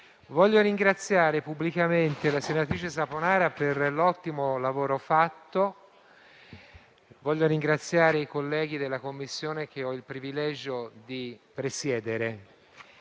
voglio ringraziare pubblicamente la senatrice Saponara per l'ottimo lavoro fatto, così come voglio ringraziare i colleghi della Commissione che ho il privilegio di presiedere.